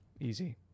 Easy